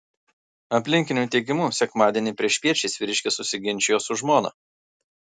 aplinkinių teigimu sekmadienį priešpiet šis vyriškis susiginčijo su žmona